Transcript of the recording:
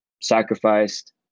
sacrificed